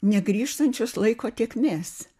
negrįžtančios laiko tėkmės